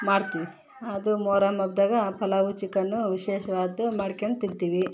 ಮಾಡ್ತೀವಿ ಅದು ಮೊಹರಂ ಹಬ್ದಾಗ ಪಲಾವು ಚಿಕನೂ ವಿಶೇಷವಾದ ಮಾಡ್ಕಂಡು ತಿಂತೀವಿ